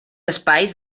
espais